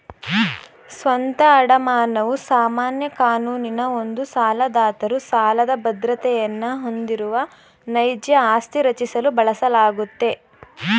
ಸ್ವಂತ ಅಡಮಾನವು ಸಾಮಾನ್ಯ ಕಾನೂನಿನ ಒಂದು ಸಾಲದಾತರು ಸಾಲದ ಬದ್ರತೆಯನ್ನ ಹೊಂದಿರುವ ನೈಜ ಆಸ್ತಿ ರಚಿಸಲು ಬಳಸಲಾಗುತ್ತೆ